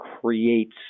creates